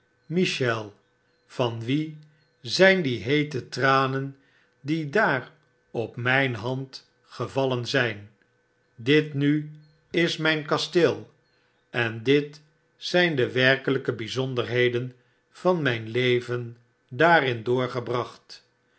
van wien zyn die heete tranen die daar op myn hand gevallen zyn dit nu is mp kasteel en dit zyn de werkelyke bijzonderheden van myn leven daarin doof gebracht